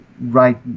right